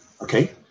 Okay